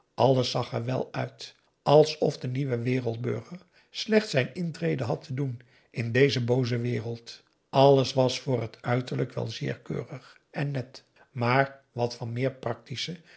alles zag er wel uit alsof de nieuwe wereldburger slechts zijn intrede had te doen in deze booze wereld alles was voor het uiterlijk wel zeer keurig en net maar wat van meer practischen